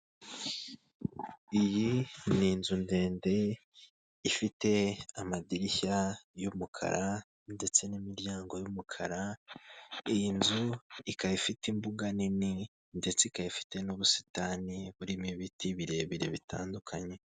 Iyi ni inzu ndende ifite amadirishya y'umukara ndetse n'umuryango w'umukara, iyinzu ikaba ifite imbuga nini ndetse ikaba ifite n'ubusitani buri mwibiti birebire bitandukanye.